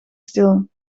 stil